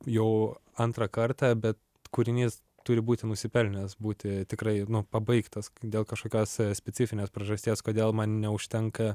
jau antrą kartą bet kūrinys turi būti nusipelnęs būti tikrai nu pabaigtas dėl kažkokios specifinės priežasties kodėl man neužtenka